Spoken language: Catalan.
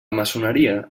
maçoneria